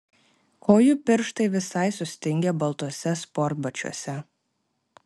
kojų pirštai visai sustingę baltuose sportbačiuose